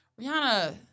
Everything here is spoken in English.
Rihanna